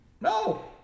No